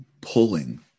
pulling